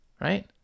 right